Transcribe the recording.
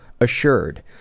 Assured